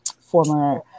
former